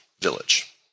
village